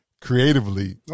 creatively